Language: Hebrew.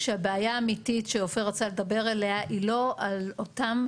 כשהבעיה האמיתית שאופיר רצה לדבר עליה היא לא על אותם,